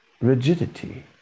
rigidity